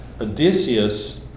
Odysseus